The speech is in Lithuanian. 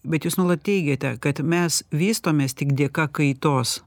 bet jūs nuolat teigiate kad mes vystomės tik dėka kaitos